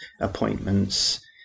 appointments